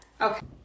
Okay